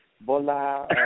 Bola